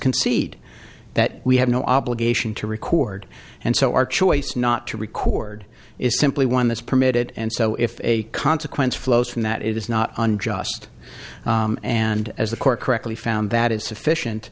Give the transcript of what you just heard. concede that we have no obligation to record and so our choice not to record is simply one that's permitted and so if a consequence flows from that it is not unjust and as the court correctly found that is sufficient